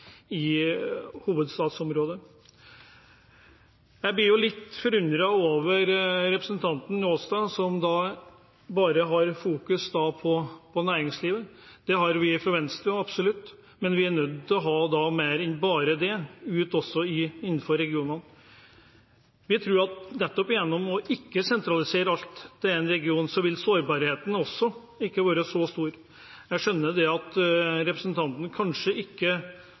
i hovedstadsområdet. Jeg blir litt forundret over representanten Njåstad, som bare fokuserer på næringslivet. Det gjør vi fra Venstre også – absolutt. Men vi er nødt til å ha mer enn bare det innenfor regionene. Vi tror nettopp gjennom å ikke sentralisere alt til én region, vil sårbarheten heller ikke være så stor. Jeg skjønner at representanten Njåstad kanskje ikke